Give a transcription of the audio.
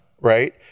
right